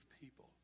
people